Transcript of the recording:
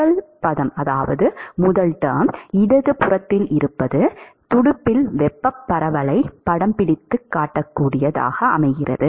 முதல் பதம் இடது புறம் துடுப்பில் வெப்பப் பரவலைப் படம்பிடிக்கிறது